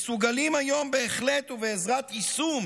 מסוגלים היום בהחלט ובעזרת יישום